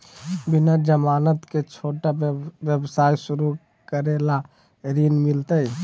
बिना जमानत के, छोटा व्यवसाय शुरू करे ला ऋण मिलतई?